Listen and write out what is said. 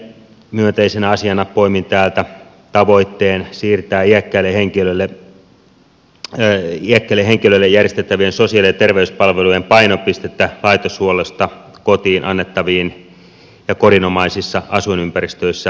myönteisenä asiana poimin täältä tavoitteen siirtää iäkkäille henkilöille järjestettävien sosiaali ja terveyspalvelujen painopistettä laitoshuollosta kotiin annettaviin ja kodinomaisissa asuinympäristöissä toteutettaviin palveluihin